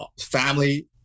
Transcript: family